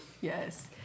Yes